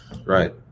Right